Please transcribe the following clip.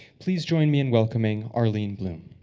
please join me in welcoming arlene blum.